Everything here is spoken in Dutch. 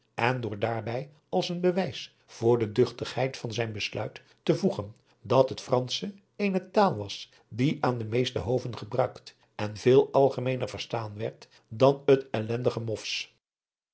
en door daarbij als een bewijs voor de duchtigheid van zijn besluit te voegen dat het fransch eene taal was die aan de meeste hoven gebruikt en veel algemeener verstaan werd dan het ellendige